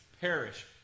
perish